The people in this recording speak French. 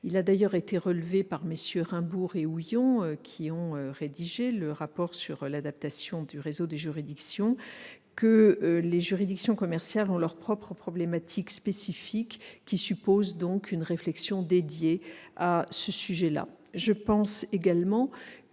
Il a d'ailleurs été relevé par MM. Raimbourg et Houillon, qui ont rédigé le rapport sur l'adaptation du réseau des juridictions, que les juridictions commerciales ont des problématiques spécifiques qui supposent une réflexion dédiée. Je pense